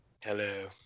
Hello